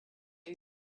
you